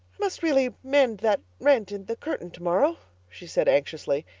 must really mend that rent in the curtain tomorrow, she said anxiously,